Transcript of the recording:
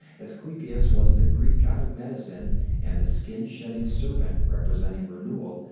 asclepius was the greed god of medicine and the skin-shedding serpent, representing renewal,